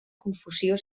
confusió